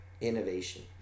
innovation